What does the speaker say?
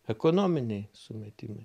ekonominiai sumetimai